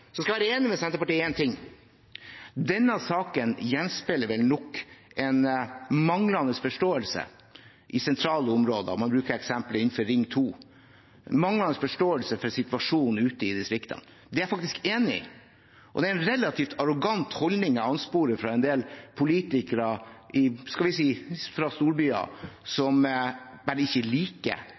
skal jeg være enig med Senterpartiet i én ting. Denne saken gjenspeiler nok en manglende forståelse i sentrale områder – man bruker eksempelet innenfor ring 2 – for situasjonen ute i distriktene. Det er jeg faktisk enig i. Det er en relativt arrogant holdning som anspores fra en del politikere fra storbyer som bare ikke liker motorisert ferdsel i utmark, som bare ikke liker snøscootere – fordi de ikke liker